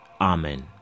Amen